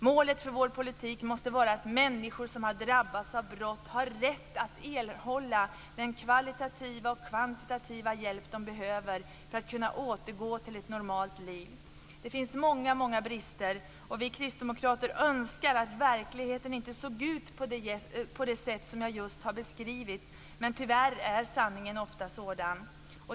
Målet för vår politik måste vara att människor som har drabbats av brott har rätt att erhålla den kvalitativa och kvantitativa hjälp de behöver för att kunna återgå till ett normalt liv. Det finns många brister, och vi kristdemokrater önskar att verkligheten inte ser ut på det sätt jag just har beskrivit. Men tyvärr är sanningen ofta sådan.